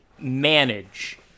manage